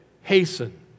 Hasten